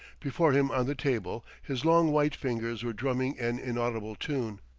before him on the table his long white fingers were drumming an inaudible tune.